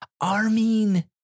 Armin